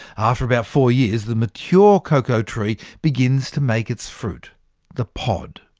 after about four years, the mature cacao tree begins to make its fruit the pod.